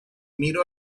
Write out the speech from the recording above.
miro